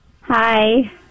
hi